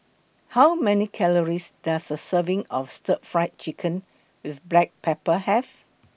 How Many Calories Does A Serving of Stir Fried Chicken with Black Pepper Have